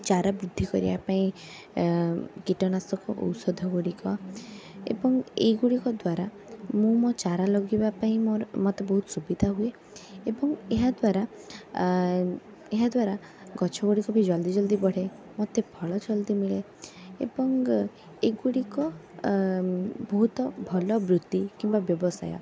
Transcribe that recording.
ଚାରାବୃଦ୍ଧି କରିବାପାଇଁ ଆ କୀଟନାଶକ ଔଷଧ ଗୁଡ଼ିକ ଏବଂ ଏଗୁଡ଼ିକ ଦ୍ଵାରା ମୁଁ ମୋର ଚାରା ଲଗାଇବା ପାଇଁ ମୋର ମୋତେ ବହୁତ ସୁବିଧା ହୁଏ ଏବଂ ଏହାଦ୍ଵାରା ଆ ଏହାଦ୍ୱାରା ଗଛଗୁଡ଼ିକ ବି ଜଲଦି ଜଲଦି ବଢ଼େ ମୋତେ ଫଳ ଜଲଦି ମିଳେ ଏବଂ ଏଗୁଡ଼ିକ ବହୁତ ଭଲ ବୃତ୍ତି କିମ୍ବା ବ୍ୟବସାୟ